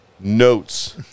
Notes